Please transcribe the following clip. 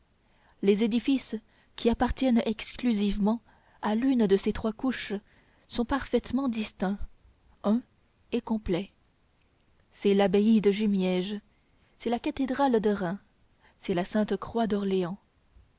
les édifices qui appartiennent exclusivement à l'une de ces trois couches sont parfaitement distincts uns et complets c'est l'abbaye de jumièges c'est la cathédrale de reims c'est sainte-croix d'orléans